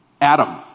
Adam